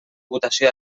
votació